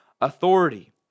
authority